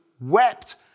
wept